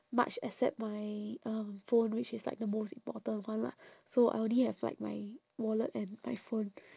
much except my um phone which is like the most important one lah so I only have like my wallet and my phone